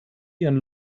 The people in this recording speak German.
ihren